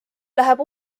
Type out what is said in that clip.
läheb